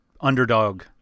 underdog